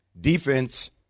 defense